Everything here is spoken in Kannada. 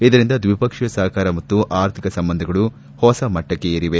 ಇದರಿಂದ ದ್ವಿಪಕ್ಷೀಯ ಸಹಕಾರ ಮತ್ತು ಆರ್ಥಿಕ ಸಂಬಂಧಗಳು ಹೊಸ ಮಟ್ಟಕ್ಷೆ ಏರಿವೆ